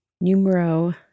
Numero